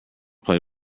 play